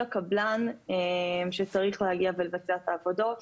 הקבלן שצריך להגיע ולבצע את העבודות.